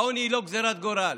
העוני הוא לא גזרת גורל.